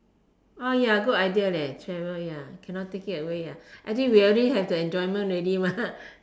oh ya good idea leh travel ya cannot take it away ya actually we already have the enjoyment already mah